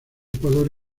ecuador